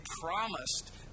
promised